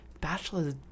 Bachelor's